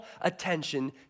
attention